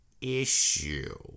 issue